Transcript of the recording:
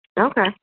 Okay